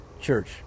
church